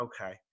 Okay